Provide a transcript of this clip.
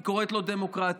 היא קוראת לו דמוקרטיה,